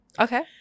Okay